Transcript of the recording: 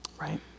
right